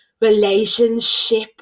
relationship